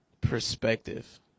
perspective